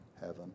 heaven